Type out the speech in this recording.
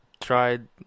tried